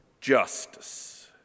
justice